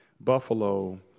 Buffalo